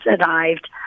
arrived